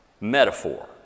metaphor